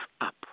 up